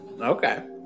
Okay